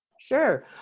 sure